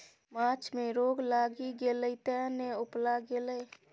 माछ मे रोग लागि गेलै तें ने उपला गेलै